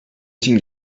için